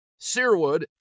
Searwood